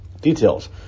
Details